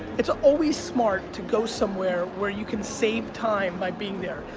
it's always smart to go somewhere where you can save time by being there.